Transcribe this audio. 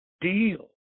deal